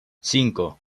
cinco